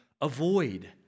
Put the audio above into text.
avoid